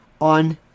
on